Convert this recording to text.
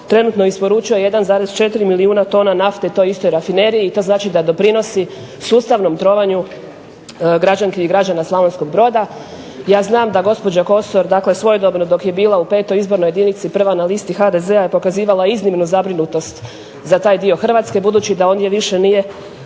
trenutno isporučuje 1,4 milijuna nafte toj istoj rafineriji. To znači da doprinosi sustavnom trovanju građanki i građana Slavonskog Broda. Ja znam da gospođa Kosor dakle svojedobno dok je bila u 5. izbornoj jedinici prva na listi HDZ-a je pokazivala iznimnu zabrinutost za taj dio Hrvatske, budući da ondje više nije